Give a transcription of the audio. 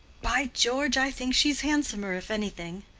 by george, i think she's handsomer, if anything!